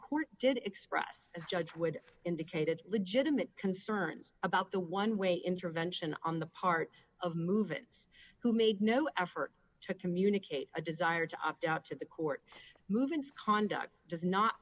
court did express as judge would indicated legitimate concerns about the oneway intervention on the part of move it who made no effort to communicate a desire to opt out to the court movement's conduct does not